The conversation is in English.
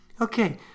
Okay